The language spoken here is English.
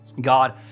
God